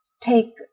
take